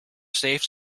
safe